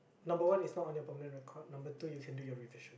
number one it's not on your permanent record number two you can do your revision